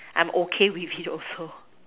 I'm okay with it also